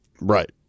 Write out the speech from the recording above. Right